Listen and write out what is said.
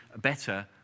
better